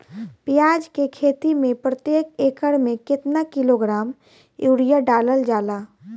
प्याज के खेती में प्रतेक एकड़ में केतना किलोग्राम यूरिया डालल जाला?